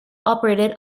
operated